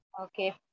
Okay